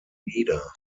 nieder